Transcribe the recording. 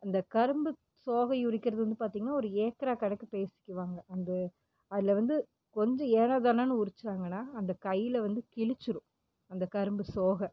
அந்த கரும்பு சோகையுறிக்கிறது வந்து பார்த்தீங்னா ஒரு ஏக்கராக கணக்கு பேசிக்குவாங்க அந்த அதில் வந்து கொஞ்ஜ ஏன்னோ தானோன்னு உரிச்சாங்கனா அந்த கையில் வந்து கிளிச்சிடும் அந்தக்கரும்பு சோகை